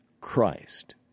Christ